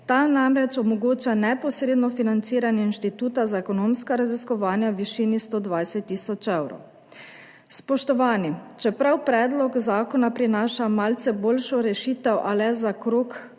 Ta namreč omogoča neposredno financiranje Inštituta za ekonomska raziskovanja v višini 120 tisoč evrov. Spoštovani! Čeprav predlog zakona prinaša malce boljšo rešitev, a le za ozek